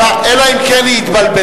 אלא אם כן היא התבלבלה.